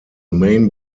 main